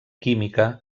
química